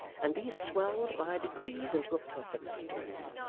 and these swelled by degrees into a perfect storm.